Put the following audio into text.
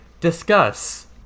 Discuss